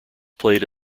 played